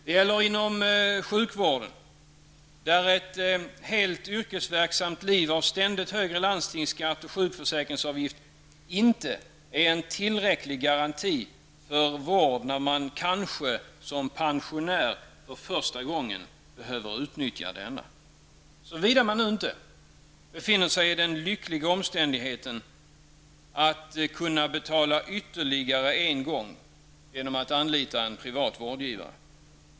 Det gäller inom sjukvården, där ett helt yrkesverksamt liv med ständigt högre landstingsskatt och sjukförsäkringsavgift inte är en tillräcklig garanti för vård, när man kanske som pensionär för första gången behöver utnyttja denna -- såvida man nu inte befinner sig i den lyckliga omständigheten att kunna betala ytterligare en gång genom att anlita en privat vårdgivare.